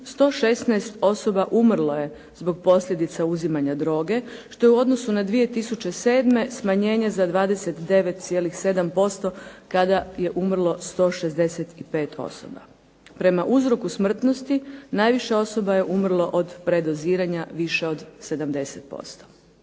116 osoba umrlo je zbog posljedica uzimanja droge što je u odnosu na 2007. smanjenje za 29,7% kada je umrlo 165 osoba. Prema uzroku smrtnosti najviše osoba je umrlo od predoziranja više od 70%.